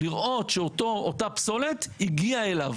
לראות שאותה פסולת הגיעה אליו.